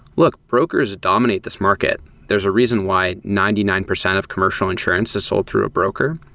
look, brokers dominate this market. there's a reason why ninety nine percent of commercial insurance is sold through a broker.